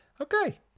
Okay